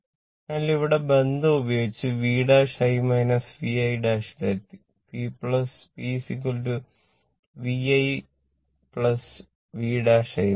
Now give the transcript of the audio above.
അതിനാൽ ഇവിടെ ബന്ധം ഉപയോഗിച്ച് vi vi ൽ എത്തി P vi v'i നേടി